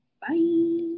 bye